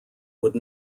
would